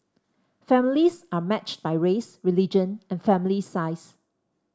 families are matched by race religion and family size